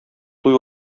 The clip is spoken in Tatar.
туй